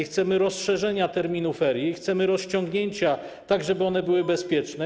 Chcemy rozszerzenia terminu ferii, chcemy rozciągnięcia, tak żeby one były bezpieczne.